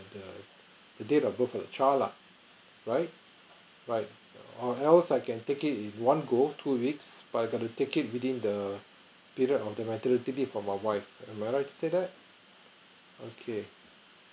the the date of birth of the child lah right right or else I can take it in one go two weeks but I got to take it within the period of the maternity leave of my wife am I right to say that okay